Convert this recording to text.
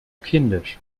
kindisch